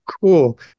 cool